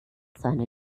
seine